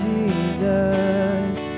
Jesus